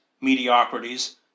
mediocrities